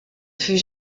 fut